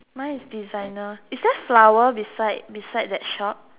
mine is designer is there flower beside beside that shop